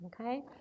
okay